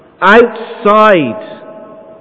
outside